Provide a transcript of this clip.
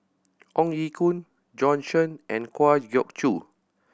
Ong Ye Kung Bjorn Shen and Kwa Geok Choo